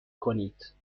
کنید